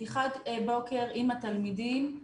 פתיחת בוקר עם התלמידים,